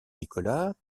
nicolas